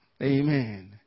Amen